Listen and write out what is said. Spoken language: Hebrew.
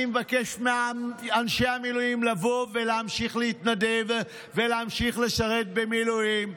אני מבקש מאנשי המילואים לבוא ולהמשיך להתנדב ולהמשיך לשרת במילואים,